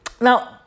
Now